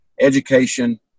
education